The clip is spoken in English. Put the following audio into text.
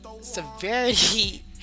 severity